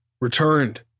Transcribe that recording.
returned